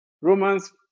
Romans